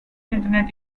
internet